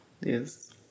Yes